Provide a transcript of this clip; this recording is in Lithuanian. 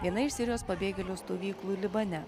viena iš sirijos pabėgėlių stovyklų libane